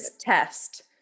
test